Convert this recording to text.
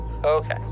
Okay